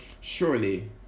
surely